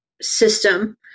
system